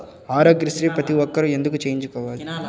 ఆరోగ్యశ్రీ ప్రతి ఒక్కరూ ఎందుకు చేయించుకోవాలి?